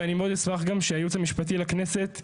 ואני מאוד אשמח גם שהייעוץ המשפטי לכנסת,